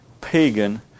pagan